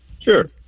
Sure